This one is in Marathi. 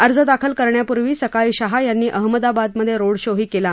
अर्ज दाखल करण्यापूर्वी सकाळी शहा यांनी अहमदाबादमध्ये रोड शोही केला